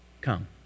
come